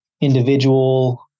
individual